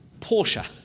Porsche